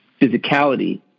physicality